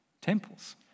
temples